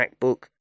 macbook